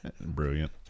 Brilliant